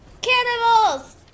Cannibals